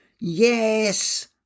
yes